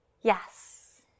yes